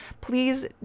please